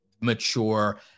mature